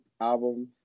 album